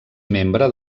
membre